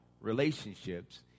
relationships